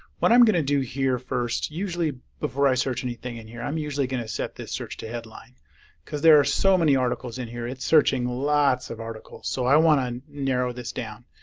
what i'm going to do here first usually before i search anything in here i'm usually going to set this search to headline because there are so many articles in here. it's searching lots of articles so i want to narrow this down.